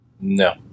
No